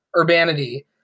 urbanity